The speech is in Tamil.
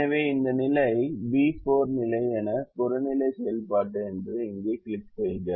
எனவே இந்த நிலை பி 4 நிலை எனது புறநிலை செயல்பாடு என்று சொல்ல இங்கே கிளிக் செய்க